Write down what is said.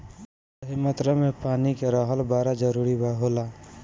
सही मात्रा में पानी के रहल बड़ा जरूरी होला